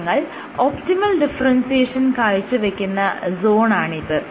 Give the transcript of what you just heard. കോശങ്ങൾ optimal differentiation കാഴ്ചവെക്കുന്ന zone ആണിത്